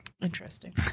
Interesting